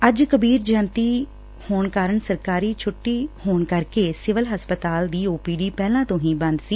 ਅੱਜ ਕਰੀਬ ਜੈਯੰਤੀ ਕਾਰਨ ਸਰਕਾਰੀ ਛੱਟੀ ਹੋਣ ਕਰਕੇ ਸਿਵਲ ਹਸਪਤਾਲ ਦੀ ਓ ਪੀ ਡੀ ਪਹਿਲਾਂ ਤੋਂ ਹੀ ਬੰਦ ਸੀ